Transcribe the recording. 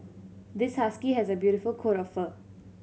this husky has a beautiful coat of fur